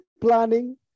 planning